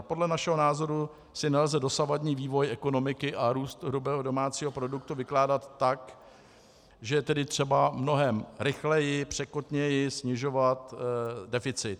Podle našeho názoru si nelze dosavadní vývoj ekonomiky a růst hrubého domácího produktu vykládat tak, že je tedy třeba mnohem rychleji, překotněji snižovat deficit.